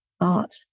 art